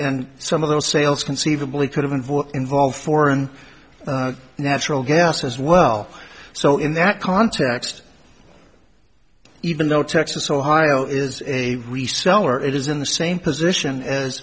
and some of those sales conceivably could have been void involved foreign natural gas as well so in that context even though texas ohio is a reseller it is in the same position